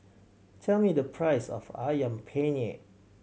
tell me the price of Ayam Penyet